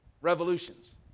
revolutions